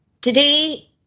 today